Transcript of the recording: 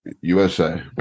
USA